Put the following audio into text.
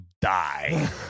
die